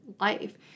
life